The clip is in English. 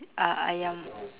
uh ayam